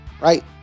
right